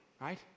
right